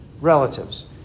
relatives